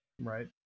Right